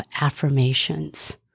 affirmations